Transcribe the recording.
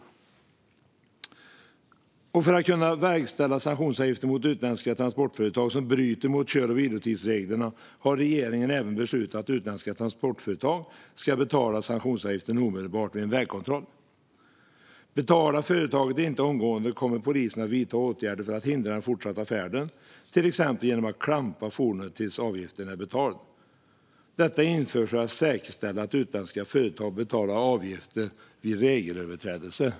I pressmeddelandet stod det också följande: "För att kunna verkställa sanktionsavgifter mot utländska transportföretag som bryter mot kör och vilotidsreglerna har regeringen även beslutat att utländska transportföretag ska betala sanktionsavgiften omedelbart vid en vägkontroll. Betalar företaget inte omgående kommer polisen att vidta åtgärder för att hindra den fortsatta färden, till exempel genom att klampa fordonet tills avgiften är betald. Detta införs för att säkerställa att utländska företag betalar avgifter vid regelöverträdelser."